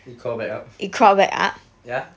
it crawl back up ya